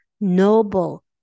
noble